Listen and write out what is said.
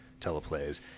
teleplays